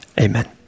Amen